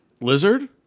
lizard